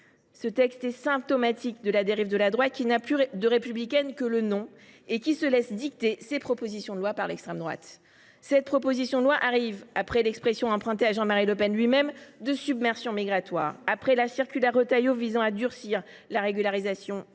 Ce texte est symptomatique de la dérive d’une droite qui n’a plus de républicain que le nom et qui se laisse dicter ses propositions de loi par l’extrême droite. Cette proposition de loi arrive après la mise à l’agenda de l’expression, empruntée à Jean Marie Le Pen lui même, de « submersion migratoire », après la circulaire Retailleau visant à durcir la régularisation des